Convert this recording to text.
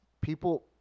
People